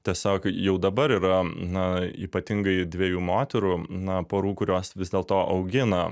tiesiog jau dabar yra na ypatingai dviejų moterų na porų kurios vis dėlto augina